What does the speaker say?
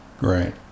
Right